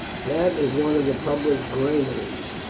that is one of the public granaries.